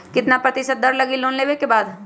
कितना प्रतिशत दर लगी लोन लेबे के बाद?